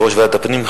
יושב-ראש ועדת הפנים,